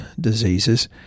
diseases